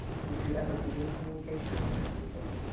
would you ever be in communication with him, do you think?